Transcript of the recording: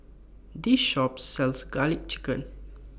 This Shop sells Garlic Chicken